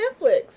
Netflix